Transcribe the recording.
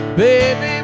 baby